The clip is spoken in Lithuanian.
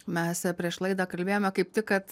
mes prieš laidą kalbėjome kaip tik kad